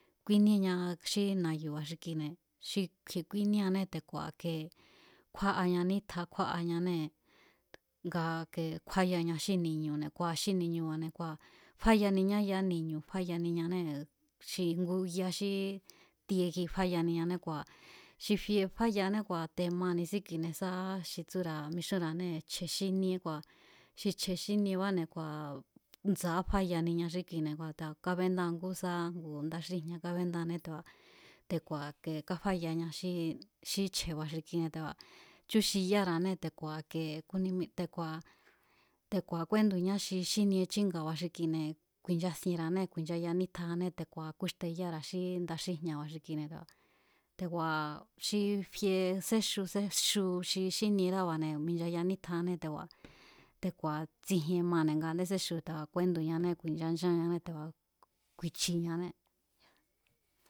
Kúíníéña xí na̱yu̱ba̱ xi kuine̱ xi kju̱i̱e̱ kúíníéanée̱ te̱ku̱a̱ te̱ku̱a̱ ke kjúáaña nítja kjúáañanée̱ nga eke kjúáyaña xí ni̱ñu̱ne̱ kua̱ xi ni̱ñu̱ba̱ne̱ kjúáyaniñá yará ni̱ñu̱ne̱ kjúáyaniñanée̱ xi ngu ya xí tie kji kjúáyaniñané kua̱ xi fie fáyaané te̱ku̱a̱ ma ni̱síkine̱ sá sá xi tsúra̱ mixúnra̱añée̱ chje̱ xiníé, kua̱ xi chje̱ xíniebane̱ kua̱ ndsa̱a fáyania xí kine̱ te̱ku̱a̱ kábendáa ngú sá sa ngu nda xíjña̱ kábéndáané te̱ku̱a̱, te̱ku̱a̱ ike káfayaña xí xá chje̱ba̱ xi kine̱ te̱ku̱a̱ chjúxiyára̱anee̱ te̱ku̱a̱ i̱ke kúnímíra̱ te̱ku̱a̱ kúéndu̱ña xi xínie chínga̱ba̱ xi kine̱ ku̱i̱nchasienra̱anée̱ kuichayaña nítjajannée̱ te̱ku̱a̱ kúíxteyára̱a xí nda xíjñaba̱ xi kine̱, te̱ku̱a̱ xi fei séxu séxu xi xínierába̱ne̱ minchayaña nítjajane te̱ku̱a̱, te̱ku̱a̱ tsijien mane̱ nga a̱ndé séxu te̱ku̱a̱ kúéndu̱ñanée̱ ku̱i̱nchan nchanñanée̱ te̱ku̱a̱ ku̱i̱chiñané.